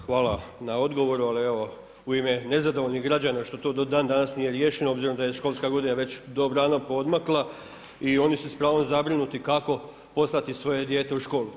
Hvala na odgovoru, ali evo u ime nezadovoljnih građana što to do dan danas nije riješeno obzirom da je školska godina već dobrano poodmakla i oni su s pravom zabrinuti kako poslati svoje dijete u školu.